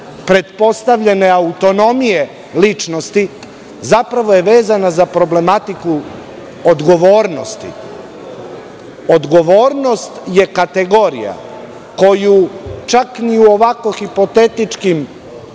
pretpostavljene autonomije ličnosti, zapravo je vezana za problematiku odgovornosti. Odgovornost je kategorija koju, čak ni u ovako hipotetičkim,